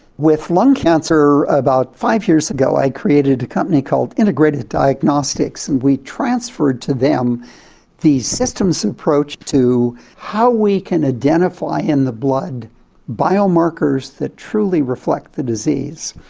with lung cancer, about five years ago i created a company called integrated diagnostics, and we transferred to them the systems approach to how we can identify in the blood biomarkers that truly reflect the disease.